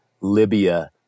libya